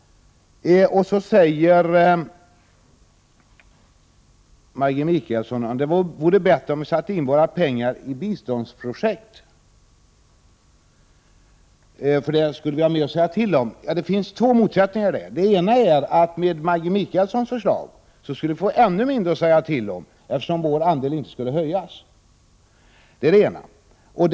Maggi Mikaelsson säger att det vore bättre om vi satte in våra pengar i biståndsprojekt, för då skulle vi ha mer att säga till om. Det finns två motsättningar i det resonemanget. Det ena är att vi med Maggi Mikaelssons förslag skulle få ännu mindre att säga till om, eftersom vår andel i Världsbanken inte skulle höjas.